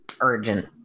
urgent